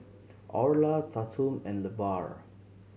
Orla Tatum and Levar